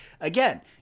Again